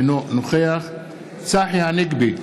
אינו נוכח צחי הנגבי,